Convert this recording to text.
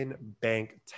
bank